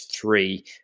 three